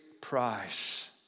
price